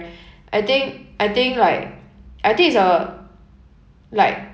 I think I think like I think it's uh like